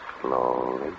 slowly